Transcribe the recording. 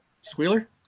Squealer